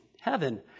heaven